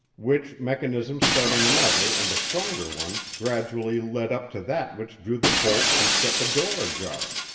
which mechanism starting another and a stronger one gradually led up to that which drew the bolts and set the door ajar.